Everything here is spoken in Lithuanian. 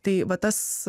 tai vat tas